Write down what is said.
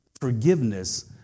forgiveness